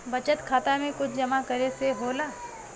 बचत खाता मे कुछ जमा करे से होला?